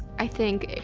i think,